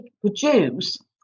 produce